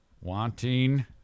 wanting